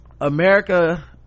America